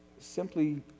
simply